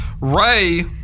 Ray